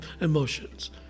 emotions